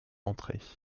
entrer